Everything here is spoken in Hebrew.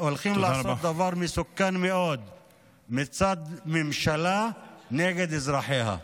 הולכים לעשות דבר מסוכן מאוד מצד הממשלה נגד אזרחיה.